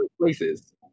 places